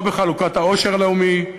לא בחלוקת העושר הלאומי,